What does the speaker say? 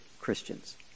Christians